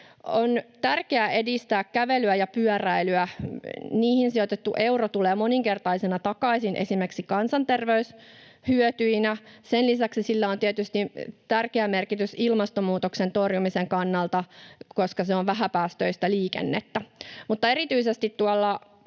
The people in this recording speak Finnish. On tärkeää edistää kävelyä ja pyöräilyä. Niihin sijoitettu euro tulee moninkertaisena takaisin esimerkiksi kansanterveyshyötyinä. Sen lisäksi sillä on tietysti tärkeä merkitys ilmastonmuutoksen torjumisen kannalta, koska se on vähäpäästöistä liikennettä, mutta erityisesti tuolla